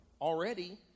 already